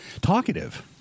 talkative